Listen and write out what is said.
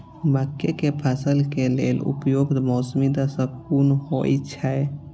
मके के फसल के लेल उपयुक्त मौसमी दशा कुन होए छै?